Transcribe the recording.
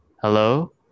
hello